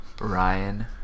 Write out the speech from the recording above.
Ryan